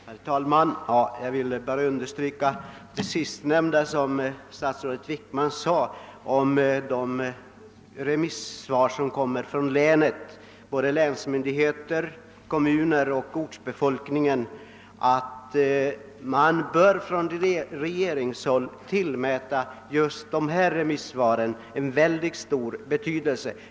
Herr talman! Jag vill bara understryka beträffande det sista som statsrådet Wickman sade om de remissvar som kommer att avlämnas från länsmyndigheten, kommuner och ortsbefolkning, att regeringen bör tillmäta just dessa yttranden mycket stor betydelse.